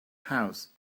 house